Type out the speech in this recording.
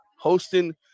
hosting